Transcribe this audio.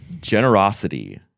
generosity